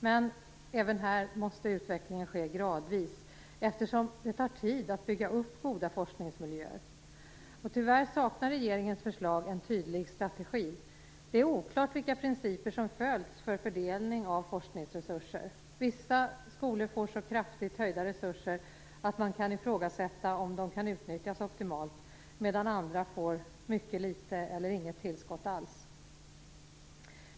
Men även här måste utvecklingen ske gradvis, eftersom det tar tid att bygga upp goda forskningsmiljöer. Tyvärr saknar regeringens förslag en tydlig strategi. Det är oklart vilka principer som följts för fördelning av forskningsresurser. Vissa skolor får så kraftigt höjda resurser att man kan ifrågasätta om de kan utnyttjas optimalt, medan andra får mycket litet eller inget tillskott alls.